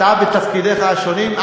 אתה, בתפקידיך השונים?